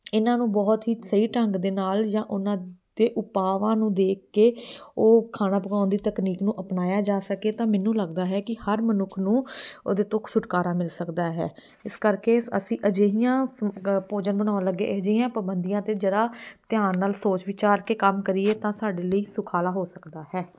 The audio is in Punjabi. ਇਹਨਾਂ ਨੂੰ ਬਹੁਤ ਹੀ ਸਹੀ ਢੰਗ ਦੇ ਨਾਲ ਜਾਂ ਉਹਨਾਂ ਦੇ ਉਪਾਵਾਂ ਨੂੰ ਦੇਖ ਕੇ ਉਹ ਖਾਣਾ ਪਕਾਉਣ ਦੀ ਤਕਨੀਕ ਨੂੰ ਅਪਣਾਇਆ ਜਾ ਸਕੇ ਤਾਂ ਮੈਨੂੰ ਲੱਗਦਾ ਹੈ ਕਿ ਹਰ ਮਨੁੱਖ ਨੂੰ ਉਹਦੇ ਤੋਂ ਛੁਟਕਾਰਾ ਮਿਲ ਸਕਦਾ ਹੈ ਇਸ ਕਰਕੇ ਅਸੀਂ ਅਜਿਹੀਆਂ ਭੋਜਨ ਬਣਾਉਣ ਲੱਗੇ ਅਜਿਹੀਆਂ ਪਾਬੰਦੀਆਂ 'ਤੇ ਜਰਾ ਧਿਆਨ ਨਾਲ ਸੋਚ ਵਿਚਾਰ ਕੇ ਕੰਮ ਕਰੀਏ ਤਾਂ ਸਾਡੇ ਲਈ ਸੁਖਾਲਾ ਹੋ ਸਕਦਾ ਹੈ